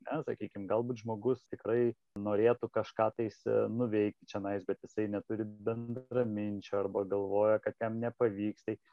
na sakykim galbūt žmogus tikrai norėtų kažką tais nuveikti čionais bet jisai neturi bendraminčių arba galvoja kad jam nepavyks tai